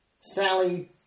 Sally